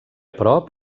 prop